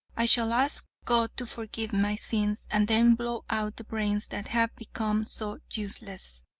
i shall ask god to forgive my sins and then blow out the brains that have become so useless.